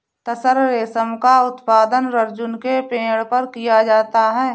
तसर रेशम का उत्पादन अर्जुन के पेड़ पर किया जाता है